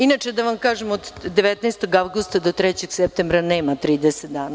Inače, da vam kažem, od 19. avgusta do 3. septembra nema 30 dana.